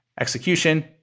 execution